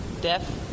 death